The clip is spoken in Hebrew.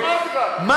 אמרתי לך, אם